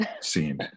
seen